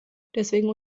deswegen